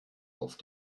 auf